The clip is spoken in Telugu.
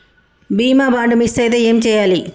బీమా బాండ్ మిస్ అయితే ఏం చేయాలి?